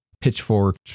pitchfork